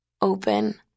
open